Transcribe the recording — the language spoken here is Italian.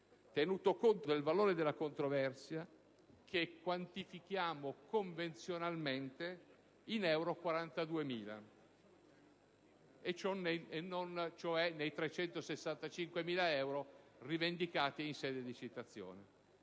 tenuto conto del valore della controversia che quantifichiamo convenzionalmente in euro 42.000», e non - aggiungo io - nei 365.000 euro rivendicati in sede di citazione.